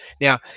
Now